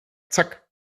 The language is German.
zack